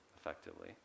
effectively